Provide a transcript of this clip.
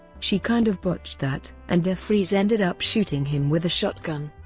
she kind of botched that and defreeze ended up shooting him with a shotgun.